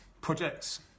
projects